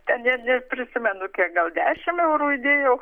ten ne neprisimenu kiek gal dešim eurų įdėjau